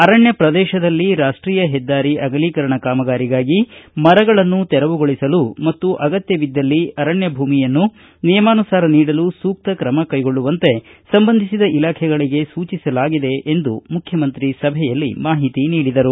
ಅರಣ್ಯ ಪ್ರದೇಶದಲ್ಲಿ ರಾಷ್ಟೀಯ ಹೆದ್ದಾರಿಯ ಅಗಲೀಕರಣ ಕಾಮಗಾರಿಗಾಗಿ ಮರಗಳನ್ನು ತೆರವುಗೊಳಸಲು ಮತ್ತು ಅಗತ್ಯವಿದ್ದಲ್ಲಿ ಅರಣ್ಯ ಭೂಮಿಯನ್ನು ನಿಯಮಾನುಸಾರ ನೀಡಲು ಸೂಕ್ತ ತ್ರಮಕ್ಕೆಗೊಳ್ಳುವಂತೆ ಸಂಬಂಧಿಸಿದ ಇಲಾಖೆಗಳಿಗೆ ಸೂಚಿಸಲಾಗಿದೆ ಎಂದು ಮುಖ್ಯಮಂತ್ರಿ ಸಭೆಯಲ್ಲಿ ಮಾಹಿತಿ ನೀಡಿದರು